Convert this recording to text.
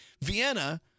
Vienna